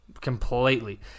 completely